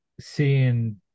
seeing